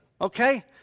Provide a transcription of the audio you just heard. Okay